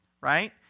Right